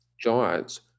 giants